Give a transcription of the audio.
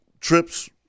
trips